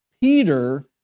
Peter